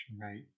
right